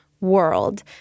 world